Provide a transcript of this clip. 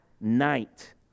night